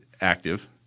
active